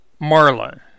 Marla